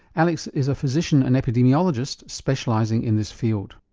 alex is a physician and epidemiologist specialising in this field.